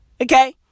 okay